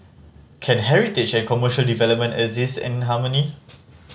can heritage and commercial development exist in harmony